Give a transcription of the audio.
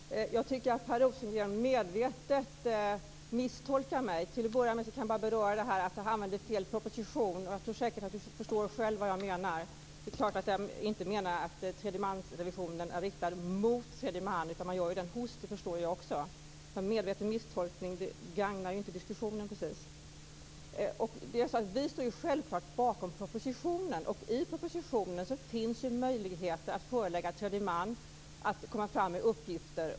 Herr talman! Jag tycker att Per Rosengren medvetet misstolkar mig. Till en början kan jag beröra påståendet att jag använder fel preposition. Jag tror säkert att han förstår vad jag menar. Det är klart att jag inte menar att tredjemansrevisionen är riktad mot tredje man. Man gör den hos tredje man; det förstår jag också. En medveten misstolkning gagnar inte precis diskussionen. Vi står självklart bakom propositionen. I propositionen finns förslag om möjligheter att förelägga tredje man att komma fram med uppgifter.